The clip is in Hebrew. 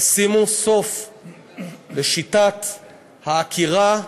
ישימו סוף לשיטת העקירה המשפטית.